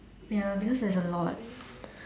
ya because there's a lot